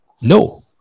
No